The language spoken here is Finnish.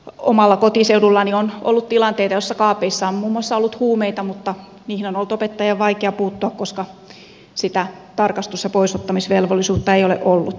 omalla kotiseudullani on ollut tilanteita joissa kaapeissa on muun muassa ollut huumeita mutta niihin on ollut opettajan vaikea puuttua koska sitä tarkastus ja poisottamisvelvollisuutta ei ole ollut